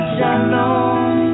Shalom